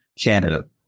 Canada